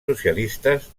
socialistes